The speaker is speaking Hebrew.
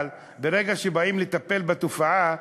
אבל ברגע שבאים לטפל בתופעה,